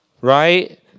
right